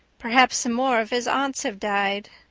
perhaps some more of his aunts have died.